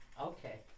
Okay